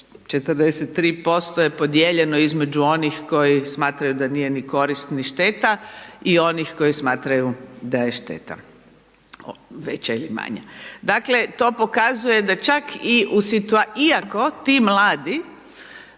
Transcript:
43% je podijeljeno između onih koji smatraju da nije ni korist ni šteta i onih kojih smatraju da je šteta veća ili manja. Dakle, to pokazuje da čak iako